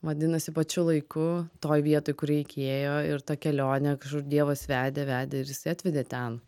vadinasi pačiu laiku toj vietoj kur reikėjo ir ta kelionė kažkur dievas vedė vedė ir jis atvedė ten